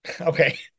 Okay